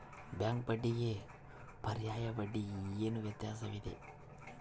Bank ಬಡ್ಡಿಗೂ ಪರ್ಯಾಯ ಬಡ್ಡಿಗೆ ಏನು ವ್ಯತ್ಯಾಸವಿದೆ?